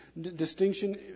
distinction